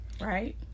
right